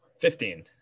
Fifteen